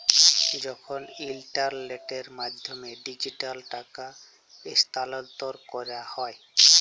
যখল ইলটারলেটের মাধ্যমে ডিজিটালি টাকা স্থালাল্তর ক্যরা হ্যয়